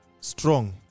strong